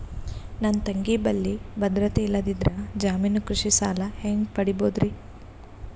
ನನ್ನ ತಂಗಿ ಬಲ್ಲಿ ಭದ್ರತೆ ಇಲ್ಲದಿದ್ದರ, ಜಾಮೀನು ಕೃಷಿ ಸಾಲ ಹೆಂಗ ಪಡಿಬೋದರಿ?